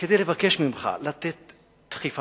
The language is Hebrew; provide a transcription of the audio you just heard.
כדי לבקש ממך לתת דחיפה